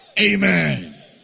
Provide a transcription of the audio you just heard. Amen